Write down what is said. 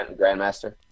Grandmaster